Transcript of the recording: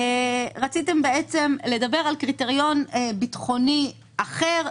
רציתם בעצם לדבר על קריטריון ביטחוני אחר,